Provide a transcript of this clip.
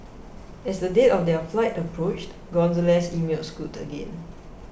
as the date of their flight approached Gonzalez emailed Scoot again